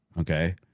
okay